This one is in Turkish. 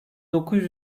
dokuz